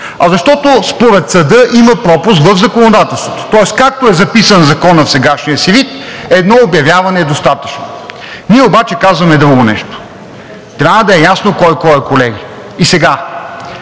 а защото според Съда има пропуск в законодателството. Тоест, както е записан Законът в сегашния си вид, едно обявяване е достатъчно. Ние обаче казваме друго нещо: трябва да е ясно кой кой е, колеги. И